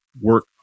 work